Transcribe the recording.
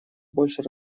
большее